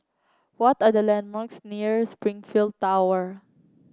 what are the landmarks near Springleaf Tower